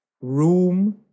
room